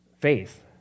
faith